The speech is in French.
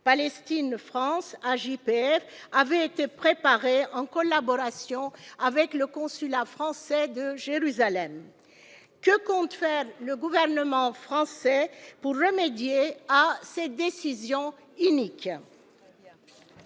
Palestine France AJPF avait été préparée en collaboration avec le consulat français de Jérusalem : que compte faire le gouvernement français pour remédier à cette décision inique.